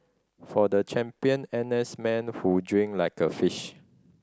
for the champion N S man who drink like a fish